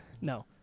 No